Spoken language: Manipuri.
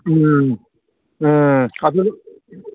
ꯎꯝ ꯑꯥ